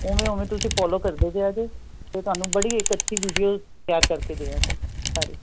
ਉਵੇਂ ਉਵੇਂ ਤੁਸੀਂ ਫੋਲੋ ਕਰਦੇ ਜਾਇਓ ਜੀ ਤੇ ਤੁਹਾਨੂੰ ਬੜੀ ਇੱਕ ਅੱਛੀ ਵੀਡੀਓ ਤਿਆਰ ਕਰਕੇ ਦਿਆਂਗੇ ਸਾਰੇ